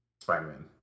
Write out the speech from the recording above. Spider-Man